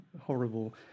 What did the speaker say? horrible